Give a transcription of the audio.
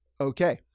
Okay